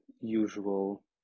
usual